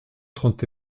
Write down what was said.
trente